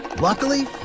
Luckily